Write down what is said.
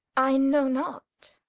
i know not